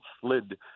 slid